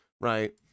right